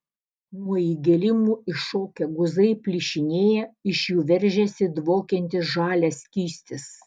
nuo įgėlimų iššokę guzai plyšinėja iš jų veržiasi dvokiantis žalias skystis